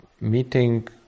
meeting